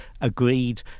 agreed